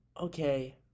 Okay